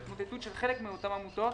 של התמוטטות של חלק מאותן עמותות.